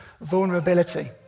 vulnerability